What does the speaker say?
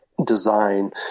design